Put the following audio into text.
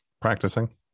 practicing